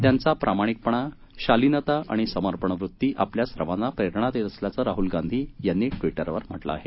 त्यांचा प्रामाणिकपणा शालींता आणि समर्पण वृत्ती आपल्या सर्वांना प्रेरणा देत असल्याचं राहूल गांधी यांनी ट्विटरवर म्हटलं आहे